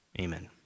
Amen